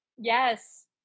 Yes